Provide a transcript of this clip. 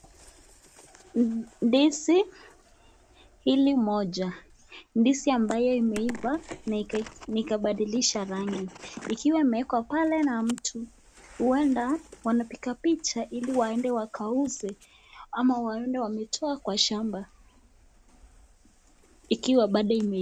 Ndizi hili moja ndizi ambayo imeiva na nikabadilisha rangi. Ikiwa imewekwa pale na mtu huenda wanapiga picha ili waende wakauze ama waende wametoa kwa shamba. Ikiwa bado imelala.